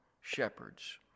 shepherds